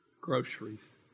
Groceries